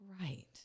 right